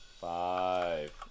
Five